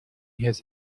his